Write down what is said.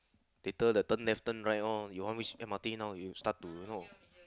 later they turn left turn right all you want which M_R_T now you start to you know